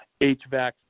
HVAC